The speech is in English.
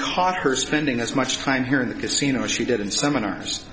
caught her spending as much time here in the casino she did in seminars